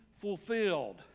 fulfilled